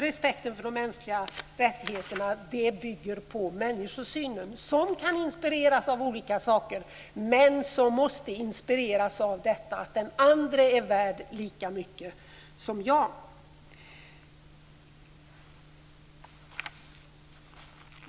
Respekten för de mänskliga rättigheterna bygger på människosynen, som kan inspireras av olika saker, men som måste inspireras av detta att den andre är värd lika mycket som man själv.